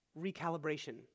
recalibration